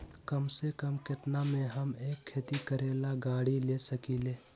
कम से कम केतना में हम एक खेती करेला गाड़ी ले सकींले?